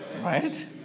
Right